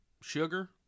sugar